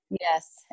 Yes